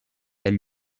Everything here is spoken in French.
elle